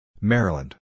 Maryland